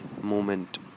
moment